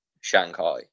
Shanghai